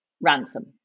ransom